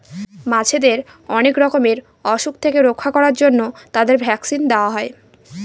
মাছেদের অনেক রকমের অসুখ থেকে রক্ষা করার জন্য তাদের ভ্যাকসিন দেওয়া হয়